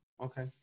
Okay